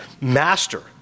master